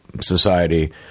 Society